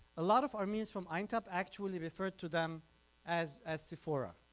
a lot of armenians from aintab actually referred to them as as sephora.